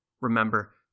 Remember